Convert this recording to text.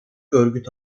örgüt